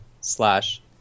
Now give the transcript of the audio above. slash